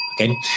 Okay